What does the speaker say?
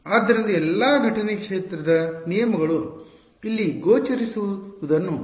ಆದ್ದರಿಂದ ಎಲ್ಲಾ ಘಟನೆ ಕ್ಷೇತ್ರದ ನಿಯಮಗಳು ಇಲ್ಲಿ ಗೋಚರಿಸುವುದನ್ನು ನೀವು ನೋಡಬಹುದು